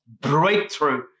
breakthrough